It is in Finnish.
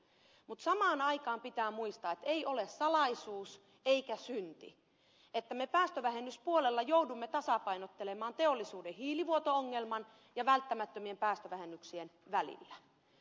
mutta samaan aikaan pitää muistaa että ei ole salaisuus eikä synti että me päästövähennyspuolella joudumme tasapainoilemaan teollisuuden hiilivuoto ongelman ja välttämättömien päästövähennyksien välillä